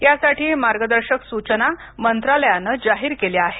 यासाठीच्या मार्गदर्शक सूचना मंत्रालयानं जाहीर केल्या आहेत